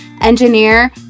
engineer